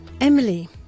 Emily